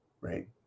right